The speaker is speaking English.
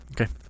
okay